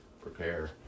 Prepare